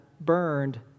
burned